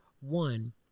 One